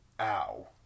ow